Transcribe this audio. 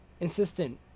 insistent